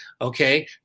okay